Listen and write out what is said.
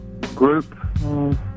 group